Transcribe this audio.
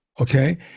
Okay